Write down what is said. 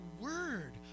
word